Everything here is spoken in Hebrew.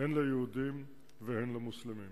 הן ליהודים והן למוסלמים.